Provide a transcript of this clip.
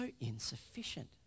insufficient